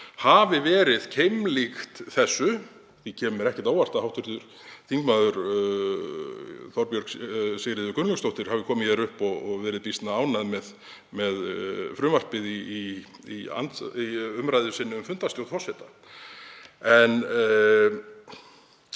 hafi verið keimlíkt þessu. Því kemur mér ekkert á óvart að hv. þm. Þorbjörg Sigríður Gunnlaugsdóttir hafi komið hér upp og verið býsna ánægð með frumvarpið í umræðu sinni um fundarstjórn forseta. En